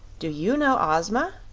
do you know ozma?